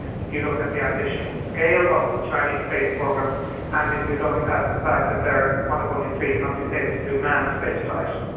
if you look at the ambition and scale of the chinese space program and if you look at the fact that they are one of only three countries able to do manned spaceflight.